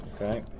Okay